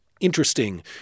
interesting